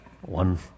one